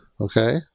Okay